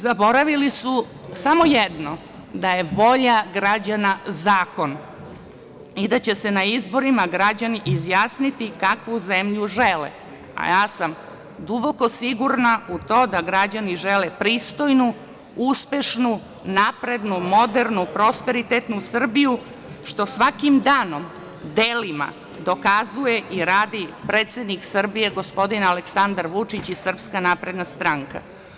Zaboravili su samo jedno – da je volja građana zakon i da će se na izborima građani izjasniti kakvu zemlju žele, a ja sam duboko sigurna u to da građani žele pristojnu, uspešnu, naprednu, modernu, prosperitetnu Srbiju, što svakim danom, delima dokazuje i radi predsednik Srbije gospodin Aleksandar Vučić i SNS.